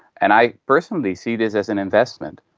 and i personally see this as an investment.